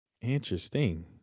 Interesting